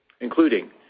including